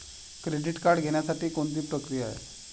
Credit card घेण्यासाठी कोणती प्रक्रिया आहे?